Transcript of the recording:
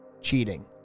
cheating